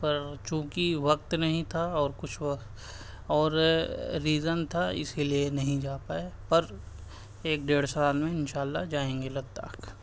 پر چونکہ وقت نہیں تھا اور کچھ اور ریزن تھا اسی لیے نہیں جا پائے پر ایک ڈیڑھ سال میں ان شاء اللّہ جائیں گے لداخ